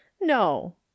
No